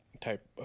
type